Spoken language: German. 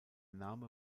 name